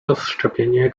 rozszczepienie